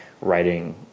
writing